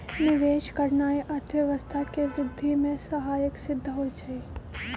निवेश करनाइ अर्थव्यवस्था के वृद्धि में सहायक सिद्ध होइ छइ